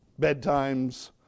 Bedtimes